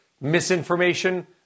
misinformation